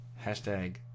Hashtag